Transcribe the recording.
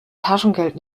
taschengeld